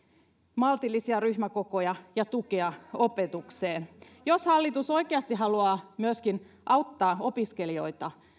maltillisia ryhmäkokoja ja tukea opetukseen jos hallitus oikeasti haluaa auttaa myöskin opiskelijoita